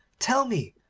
tell me,